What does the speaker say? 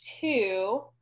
two